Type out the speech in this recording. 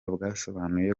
bwasobanuye